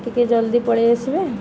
ଟିକିଏ ଜଲ୍ଦି ପଳେଇଆସିବେ